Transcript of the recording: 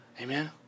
Amen